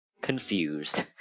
confused